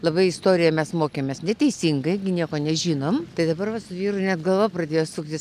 labai istoriją mes mokėmės neteisingai gi nieko nežinom tai dabar va su vyru net galva pradėjo suktis